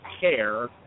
care